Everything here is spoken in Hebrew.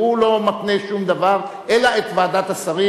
הוא לא מתנה שום דבר אלא את ועדת השרים.